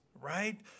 Right